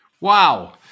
wow